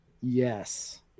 yes